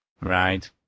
Right